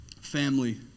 Family